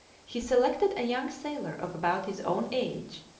he selected a young sailor of about his own age,